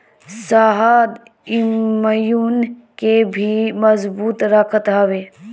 शहद इम्यून के भी मजबूत रखत हवे